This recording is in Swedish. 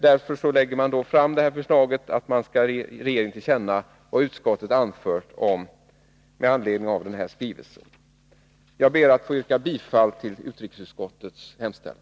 Därför lägger man fram förslaget att riksdagen skall ge regeringen till känna vad utskottet anfört med anledning av regeringens skrivelse. Jag ber att få yrka bifall till utrikesutskottets hemställan.